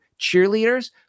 cheerleaders